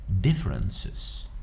differences